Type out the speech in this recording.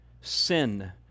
Sin